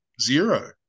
zero